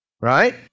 Right